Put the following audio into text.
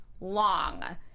long